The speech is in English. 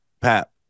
pap